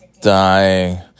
dying